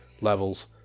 levels